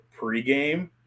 pregame